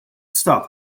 stop